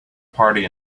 party